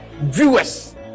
viewers